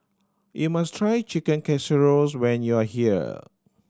you must try Chicken Casseroles when you are here